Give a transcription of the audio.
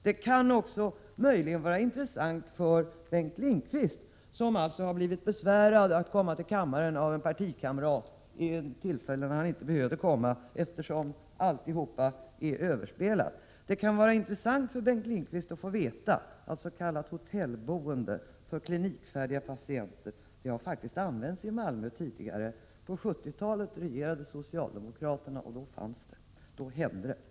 Möjligen kan det vara intressant för Bengt Lindqvist, som alltså har blivit besvärad av en partikamrat och tvingats komma till kammaren vid ett tillfälle när han egentligen inte hade behövt komma eftersom alltihop är överspelat, atts.k. hotellboende för klinikfärdiga patienter faktiskt har använts tidigare i Malmö. På 1970-talet regerade socialdemokraterna där, och då hände detta.